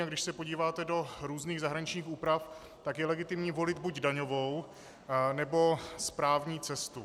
A když se podíváte do různých zahraničních úprav, tak je legitimní volit buď daňovou, nebo správní cestu.